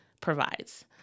provides